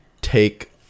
take